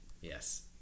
Yes